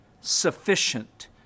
sufficient